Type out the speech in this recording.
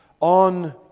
on